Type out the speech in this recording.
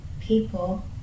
people